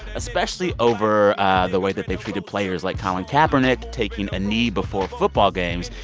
especially over the way that they treated players like colin kaepernick taking a knee before football games.